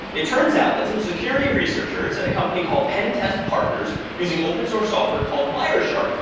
it turns out that some security researchers at a company called pen test partners, using open source software called wireshark,